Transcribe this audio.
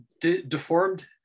deformed